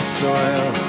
soil